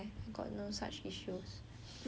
I got friend also err